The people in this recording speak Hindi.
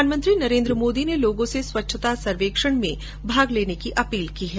प्रधानमंत्री नरेंद्र मोदी ने लोगों से स्वच्छता सर्वेक्षण में भाग लेने की अपील की है